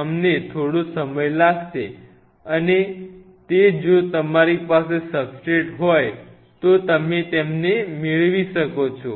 અમને થોડો સમય લાગશે અને તે જો તમારી પાસે સબસ્ટ્રેટ હોય તો તમે તેને મેળવી શકો છો